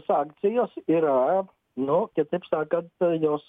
sankcijos yra nu kitaip sakant jos